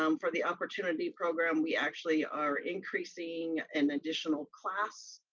um for the opportunity program we actually are increasing an additional class,